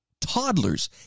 toddlers